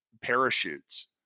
parachutes